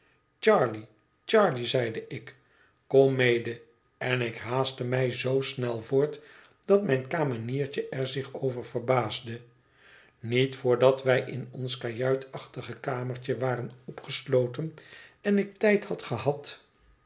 charley charley zeide ik kom mede en ik haastte mij zoo snel voort dat mijn kameniertje er zich over verbaasde niet voordat wij in ons kajuitachtig kamertje waren opgesloten en ik tijd had gehad